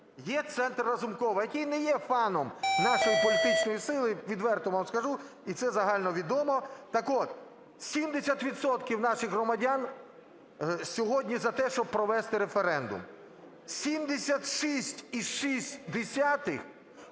Є Центр Разумкова, який не є фаном нашої політичної сили, відверто вам скажу, і це загальновідомо. Так от, 70 відсотків наших громадян сьогодні за те, щоб провести референдум. 76,6 прийдуть